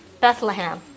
Bethlehem